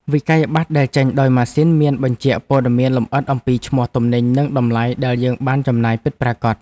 វិក្កយបត្រដែលចេញដោយម៉ាស៊ីនមានបញ្ជាក់ព័ត៌មានលម្អិតអំពីឈ្មោះទំនិញនិងតម្លៃដែលយើងបានចំណាយពិតប្រាកដ។